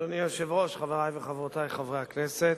אדוני היושב-ראש, חברי וחברותי חברי הכנסת,